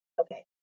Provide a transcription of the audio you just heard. Okay